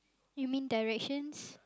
you mean directions